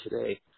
today